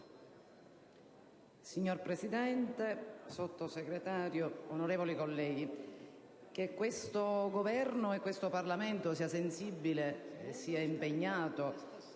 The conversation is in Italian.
Signor Presidente, signor Sottosegretario, onorevoli colleghi, che questo Governo e questo Parlamento siano sensibili e siano impegnati